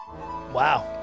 Wow